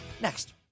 next